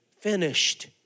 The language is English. finished